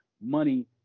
money